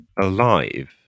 alive